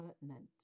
pertinent